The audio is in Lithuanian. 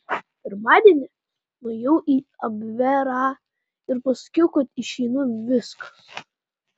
pirmadienį nuėjau į abverą ir pasakiau kad išeinu viskas